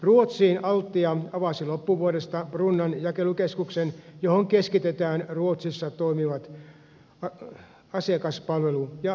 ruotsiin altia avasi loppuvuodesta brunnan jakelukeskuksen johon keskitettiin ruotsissa toimivat asiakaspalvelu ja logistiikkatoiminnot